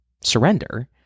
surrender